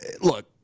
look